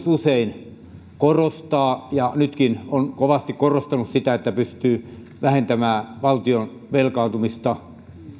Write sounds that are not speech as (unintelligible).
(unintelligible) usein korostaa ja nytkin on kovasti korostanut sitä että se pystyy vähentämään valtion velkaantumista